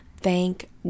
Thank